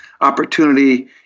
opportunity